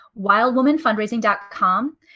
wildwomanfundraising.com